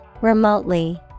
Remotely